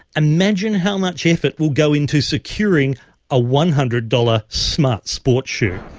imagine how much effort will go into securing a one hundred dollars smart sports shoe.